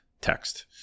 text